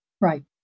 right